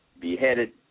beheaded